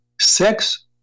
sex